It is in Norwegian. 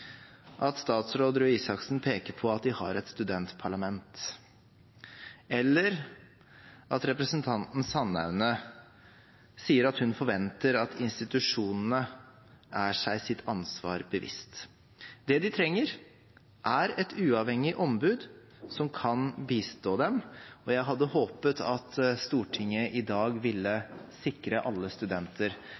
at statsråd Røe Isaksen peker på at de har et studentparlament, eller at representanten Sandaune sier at hun forventer at institusjonene er seg sitt ansvar bevisst. Det de trenger, er et uavhengig ombud som kan bistå dem, og jeg hadde håpet at Stortinget i dag ville sikre alle studenter